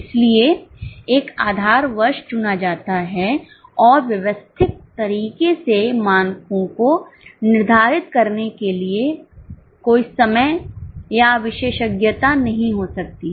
इसलिए एक आधार वर्ष चुना जाता है और व्यवस्थित तरीके से मानकों को निर्धारित करने के लिए कोई समय या विशेषज्ञता नहीं हो सकती है